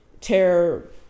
terror